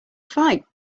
fight